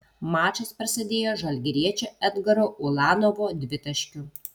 mačas prasidėjo žalgiriečio edgaro ulanovo dvitaškiu